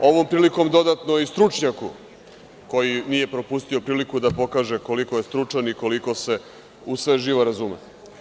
Ovom prilikom dodatno i stručnjaku koji nije propustio priliku da pokaže koliko je stručan i koliko se u sve živo razume.